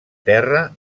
terra